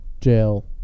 jail